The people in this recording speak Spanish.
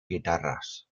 guitarras